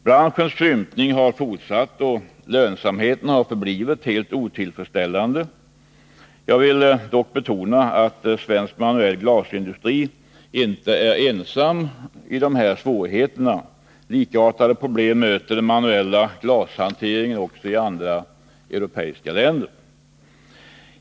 Branschens krympning har fortsatt, och lönsamheten har förblivit helt otillfredsställande. Jag vill dock betona att svensk manuell glasindustri inte är ensam i dessa svårigheter. Likartade problem möter den manuella glashanteringen också i andra europeiska länder.